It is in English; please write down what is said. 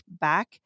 back